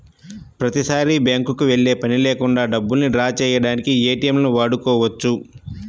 ప్రతిసారీ బ్యేంకుకి వెళ్ళే పని లేకుండా డబ్బుల్ని డ్రా చేయడానికి ఏటీఎంలను వాడుకోవచ్చు